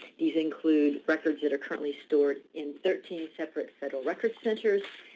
these include records that are currently stored in thirteen separate federal records centers,